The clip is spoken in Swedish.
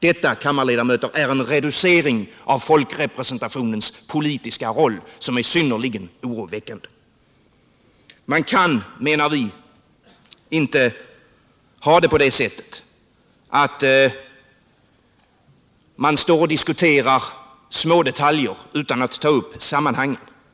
Detta, kammarledamöter, är en reducering av folkrepresentationens politiska roll som är synnerligen oroväckande. Man kan, menar vi, inte ha det på det sättet att man diskuterar smådetaljer utan att ta upp sammanhangen.